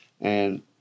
and-